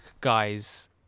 guy's